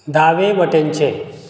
दावें वटेनचें